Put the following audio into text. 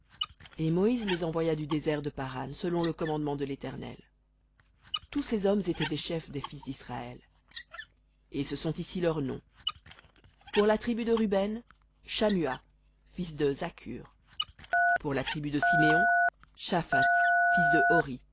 et moïse les envoya du désert de paran selon le commandement de l'éternel tous ces hommes étaient des chefs des fils disraël et ce sont ici leurs noms pour la tribu de ruben shammua fils de zaccur pour la tribu de siméon shaphath fils de